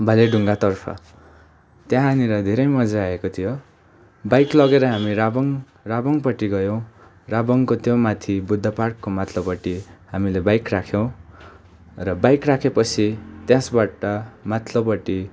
भोले ढुङ्गातर्फ त्यहाँनिर धेरै मजा आएको थियो बाइक लगेर हामी राबोङ राबोङपट्टि गयौँ राबोङको त्यहाँ माथि बुद्ध पार्कको माथिल्लोपट्टि हामीले बाइक राख्यौँ र बाइक राखेपछि त्यसबाट माथिल्लोपट्टि